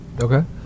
Okay